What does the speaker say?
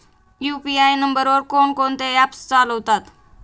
UPI नंबरवर कोण कोणते ऍप्स चालतात?